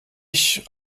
ich